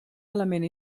element